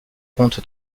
compte